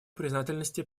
признательности